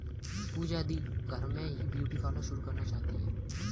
पूजा दी घर में ही ब्यूटी पार्लर शुरू करना चाहती है